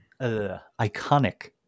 iconic